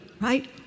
right